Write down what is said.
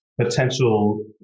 potential